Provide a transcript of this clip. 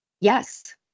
Yes